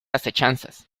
asechanzas